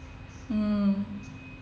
mm